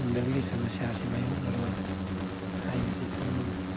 ꯐꯪꯗꯕꯒꯤ ꯁꯃꯁ꯭ꯌꯥꯁꯤ ꯃꯥꯏꯌꯣꯛꯅꯔꯣꯏ ꯍꯥꯏꯕꯁꯤ ꯍꯥꯏꯅꯤꯡꯉꯤ